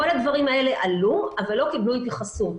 כל הדברים האלו עלו אבל לא קיבלו התייחסות.